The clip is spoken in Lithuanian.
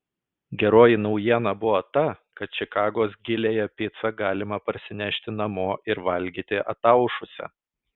geroji naujiena buvo ta kad čikagos giliąją picą galima parsinešti namo ir valgyti ataušusią